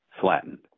flattened